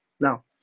Now